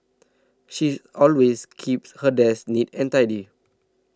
she's always keeps her desk neat and tidy